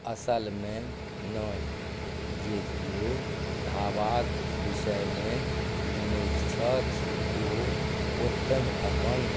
असलमे नहि जे केओ ढाबाक विषयमे जनैत छथि ओ ओतहि अपन